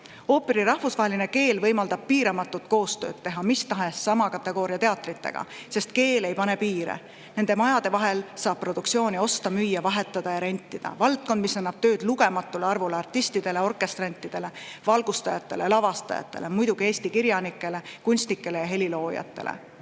Ooperi rahvusvaheline keel võimaldab piiramatut koostööd teha mis tahes sama kategooria teatritega, sest keel ei pane piire. Nende majade vahel saab produktsioone osta, müüa, vahetada ja rentida. See on valdkond, mis annab tööd lugematule arvule artistidele, orkestrantidele, valgustajatele, lavastajatele ning muidugi Eesti kirjanikele, kunstnikele ja heliloojatele.